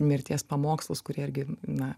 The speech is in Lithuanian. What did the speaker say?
mirties pamokslus kurie irgi na